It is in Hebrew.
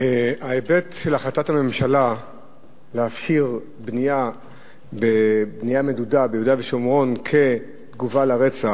ההיבט של החלטת הממשלה להפשיר בנייה מדודה ביהודה ושומרון כתגובה לרצח,